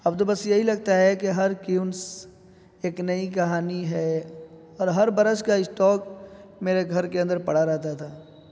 اب تو بس یہی لگتا ہے کہ ہر کیونس ایک نئی کہانی ہے اور ہر برس کا اسٹاک میرے گھر کے اندر پڑا رہتا تھا